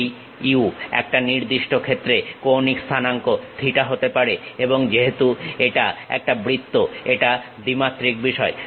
এই u একটা নির্দিষ্ট ক্ষেত্রে কৌণিক স্থানাঙ্ক থিটা হতে পারে এবং যেহেতু এটা একটা বৃত্ত এটা দ্বিমাত্রিক বিষয়